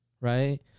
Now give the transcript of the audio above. right